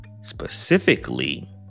specifically